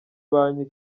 banki